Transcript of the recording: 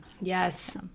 Yes